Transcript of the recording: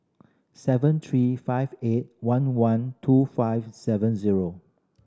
seven three five eight one one two five seven zero